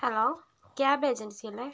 hello cab agency അല്ലേ